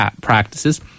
practices